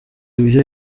ibyo